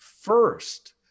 First